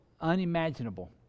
unimaginable